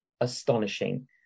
astonishing